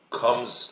comes